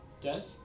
Death